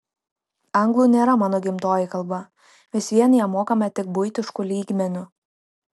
anglų nėra mano gimtoji kalba vis vien ją mokame tik buitišku lygmeniu